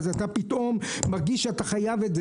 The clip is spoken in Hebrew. אז אתה מרגיש שאתה חייב את זה,